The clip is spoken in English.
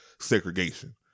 segregation